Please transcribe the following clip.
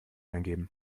eingeben